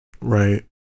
right